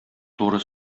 туры